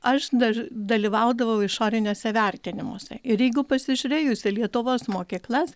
aš daž dalyvaudavau išoriniuose vertinimuose ir jeigu pasižiūrėjus į lietuvos mokyklas